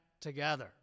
together